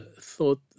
thought